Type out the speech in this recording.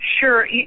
Sure